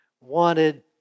wanted